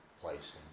place